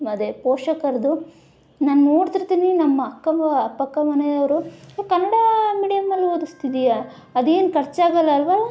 ಅದೇ ಪೋಷಕರದು ನಾನು ನೋಡ್ತಿರ್ತೀನಿ ನಮ್ಮ ಅಕ್ಕ ಅಕ್ಕಪಕ್ಕ ಮನೆಯವರು ಕನ್ನಡ ಮೀಡಿಯಮಲ್ಲಿ ಓದಿಸ್ತಿದ್ದೀಯಾ ಅದೇನು ಖರ್ಚಾಗಲ್ಲ ಅಲ್ಲವಾ